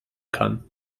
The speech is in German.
kann